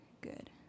good